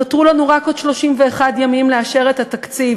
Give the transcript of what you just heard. נותרו לנו רק עוד 31 ימים לאשר את התקציב.